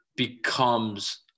becomes